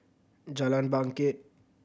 Jalan Bangket